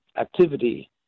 activity